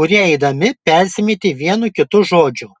kurie eidami persimetė vienu kitu žodžiu